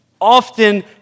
often